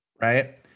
right